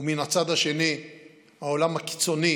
ומן הצד השני העולם הקיצוני